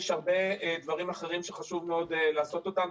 יש הרבה דברים אחרים שחשוב מאוד לעשות אותם.